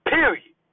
Period